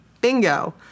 Bingo